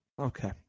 Okay